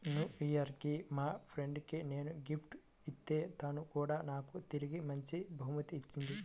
new year కి మా friend కి నేను గిఫ్ట్ ఇత్తే తను కూడా నాకు తిరిగి మంచి బహుమతి ఇచ్చింది